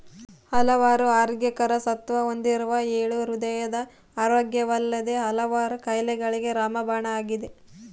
ಹಲವಾರು ಆರೋಗ್ಯಕರ ಸತ್ವ ಹೊಂದಿರುವ ಎಳ್ಳು ಹೃದಯದ ಆರೋಗ್ಯವಲ್ಲದೆ ಹಲವಾರು ಕಾಯಿಲೆಗಳಿಗೆ ರಾಮಬಾಣ ಆಗಿದೆ